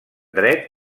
dret